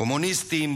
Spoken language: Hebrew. קומוניסטים,